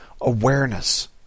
awareness